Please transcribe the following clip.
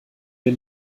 wir